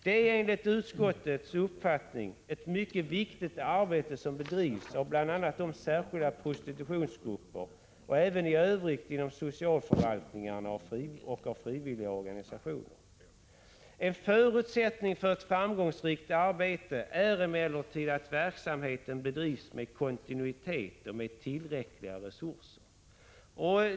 Det är enligt utskottets uppfattning ett mycket viktigt arbete som bedrivs av bl.a. de särskilda prostitutionsgrupperna och även i övrigt inom socialförvaltningarna och av frivilliga organisationer. En förutsättning för ett framgångsrikt arbete är emellertid att verksamheten bedrivs med kontinuitet och med tillräckliga resurser.